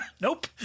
Nope